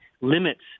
limits